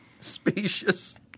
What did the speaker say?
Specious